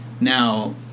Now